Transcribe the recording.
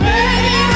Baby